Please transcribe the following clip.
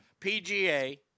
PGA